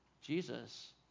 Jesus